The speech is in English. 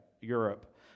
Europe